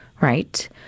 right